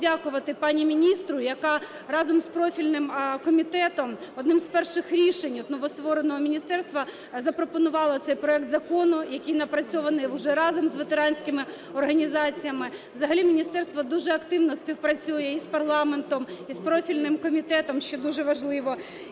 хочемо подякувати пані міністру, яка разом з профільним комітетом одним з перших рішень новоствореного міністерства запропонувала цей проект закону, який напрацьований уже разом з ветеранськими організаціями. Взагалі міністерство дуже активно співпрацює і з парламентом, і з профільним комітетом, що дуже важливо,